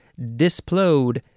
displode